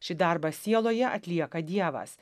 šį darbą sieloje atlieka dievas